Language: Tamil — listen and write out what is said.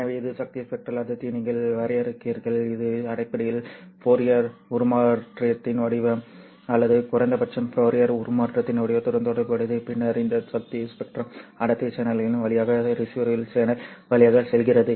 எனவே இது சக்தி ஸ்பெக்ட்ரல் அடர்த்தியை நீங்கள் வரையறுக்கிறீர்கள் இது அடிப்படையில் ஃபோரியர் உருமாற்றத்தின் வடிவம் அல்லது குறைந்தபட்சம் ஃபோரியர் உருமாற்றத்தின் வடிவத்துடன் தொடர்புடையது பின்னர் இந்த சக்தி ஸ்பெக்ட்ரம் அடர்த்தி சேனலின் வழியாக ரிசீவரில் சேனல் வழியாக செல்கிறது